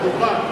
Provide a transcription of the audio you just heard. מהדוכן.